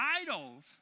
idols